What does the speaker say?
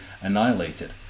annihilated